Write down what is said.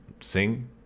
sing